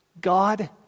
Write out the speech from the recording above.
God